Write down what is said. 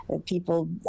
people